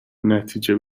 نتیجه